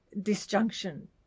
disjunction